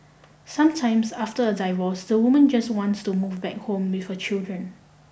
sometimes after a divorce the woman just wants to move back home with her children